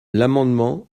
l’amendement